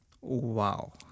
wow